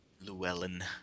Llewellyn